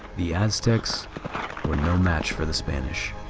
the aztecs were no match for the spanish.